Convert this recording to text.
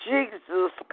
Jesus